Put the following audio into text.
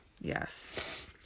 Yes